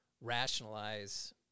rationalize